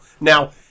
Now